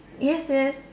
yes yes